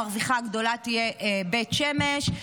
המרוויחה הגדולה תהיה בית שמש,